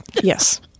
Yes